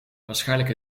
waarschijnlijk